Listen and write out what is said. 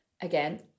Again